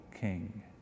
king